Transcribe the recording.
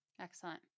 Excellent